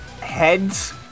Heads